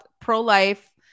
pro-life